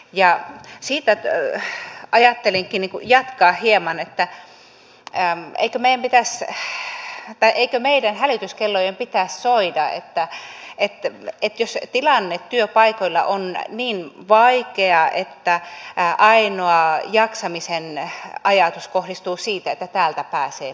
ja siitä ajattelinkin jatkaa hieman että eikö meidän hälytyskellojen pitäisi soida jos tilanne työpaikoilla on niin vaikea että ainoa jaksamisen ajatus kohdistuu siihen että täältä pääsee pois